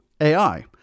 AI